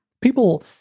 people